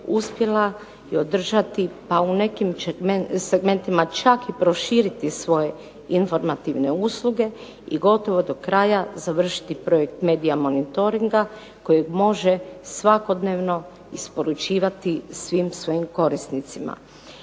uspjela je održati pa u nekim segmentima čak i proširiti svoje informativne usluge i gotovo do kraja završiti projekt Media Monitoringa kojeg može svakodnevno isporučivati svim svojim korisnicima.